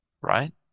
Right